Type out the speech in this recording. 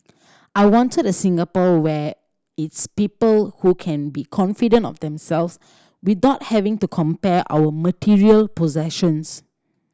I wanted a Singapore where its people who can be confident of themselves without having to compare our material possessions